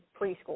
preschool